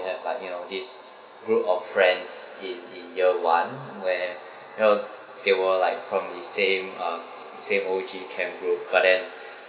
have like you know this group of friends in in year one where you know they were like from the same uh same O_G camp group but then